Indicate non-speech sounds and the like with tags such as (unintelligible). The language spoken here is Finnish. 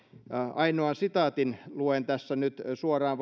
ainoan sitaatin luen tässä nyt suoraan (unintelligible)